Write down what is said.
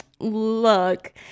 look